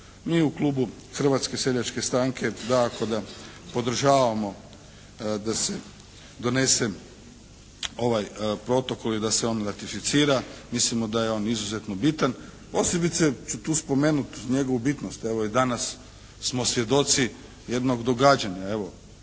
Mi u Klubu Hrvatske seljačke stranke dakako da podržavamo da se donese ovaj protokol i da se on ratificira. Mislimo da je on izuzetno bitan. Posebice ću tu spomenuti njegovu bitnost. Evo, i danas smo svjedoci jednog događanja. Evo,